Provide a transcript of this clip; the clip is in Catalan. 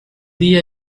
dia